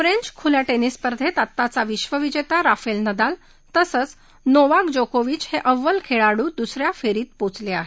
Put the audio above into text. French खुल्या निस स्पर्धेत आताच विश्वविजेता राफेल नदाल तसंच नोवाक जोकोविच हे अव्वल खेळाडू दुस या फेरीत पोचले आहेत